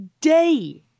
day